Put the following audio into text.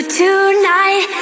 tonight